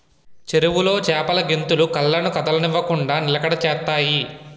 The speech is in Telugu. చెరువులో చేపలు గెంతులు కళ్ళను కదలనివ్వకుండ నిలకడ చేత్తాయి